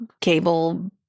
cable